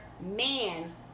man